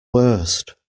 worst